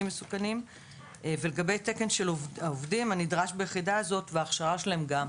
מסוכנים וכך גם לגבי תקן של העובדים הנדרש ביחידה וההכשרה שלהם.